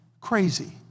crazy